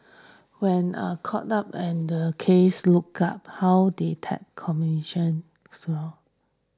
when are caught up and the cases look up how they tap communition slow